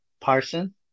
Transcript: Parson